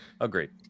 agreed